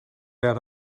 out